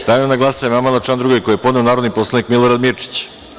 Stavljam na glasanje amandman na član 2. koji je podneo narodni poslanik Milorad Mirčić.